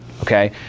Okay